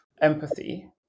empathy